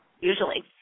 Usually